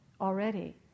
already